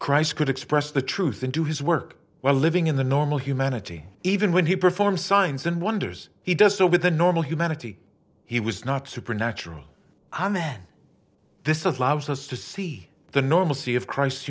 christ could express the truth and do his work while living in the normal humanity even when he performed signs and wonders he does so with a normal humanity he was not supernatural amen this allows us to see the normalcy of christ